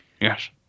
Yes